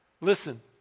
Listen